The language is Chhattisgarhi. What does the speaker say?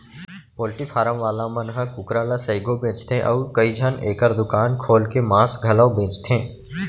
पोल्टी फारम वाला मन ह कुकरा ल सइघो बेचथें अउ कइझन एकर दुकान खोल के मांस घलौ बेचथें